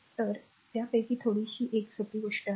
तर त्यापैकी थोडीशी ही एक सोपी गोष्ट आहे